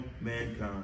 mankind